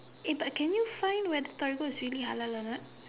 eh but can you find whether Torigo is really halal or not